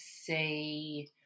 say